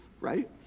right